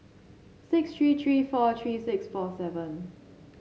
six three three four three six four seven